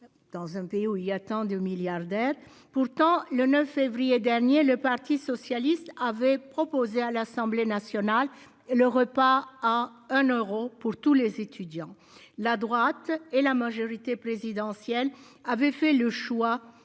Dans un pays où il attend du milliardaire. Pourtant, le 9 février dernier, le Parti socialiste avait proposé à l'Assemblée nationale. Le repas à un euro pour tous les étudiants. La droite et la majorité présidentielle avait fait le choix